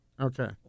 Okay